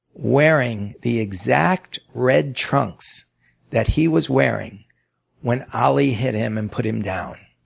wearing the exact, red trunks that he was wearing when ali hit him and put him down.